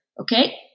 okay